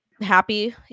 happy